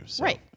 right